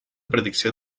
predicció